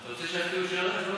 אתה רוצה שיבקיעו שערים?